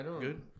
good